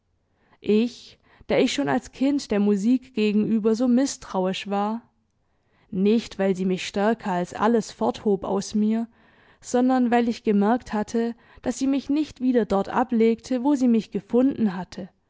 ich der ich schon als kind der musik gegenüber so mißtrauisch war nicht weil sie mich stärker als alles forthob aus mir sondern weil ich gemerkt hatte daß sie mich nicht wieder dort ablegte wo sie mich gefunden hatte